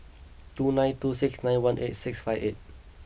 two nine two six nine one eight six five eight